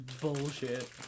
bullshit